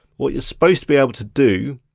what you're supposed to be able to do